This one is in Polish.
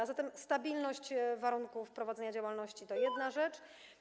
A zatem stabilność warunków prowadzenia działalności to jedna rzecz.